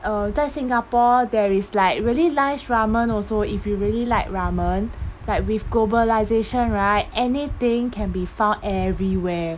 uh 在 singapore there is like really nice ramen also if you really like ramen like with globalisation right anything can be found everywhere